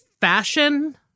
fashion